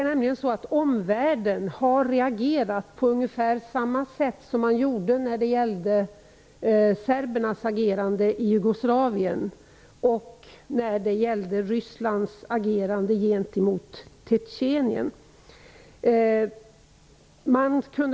Omvärlden har nämligen reagerat på ungefär samma sätt när det gäller serbernas agerande i Jugoslavien som när det gäller Rysslands agerande i Tjetjenien.